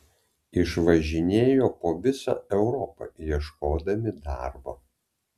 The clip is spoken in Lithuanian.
išvažinėjo po visą europą ieškodami darbo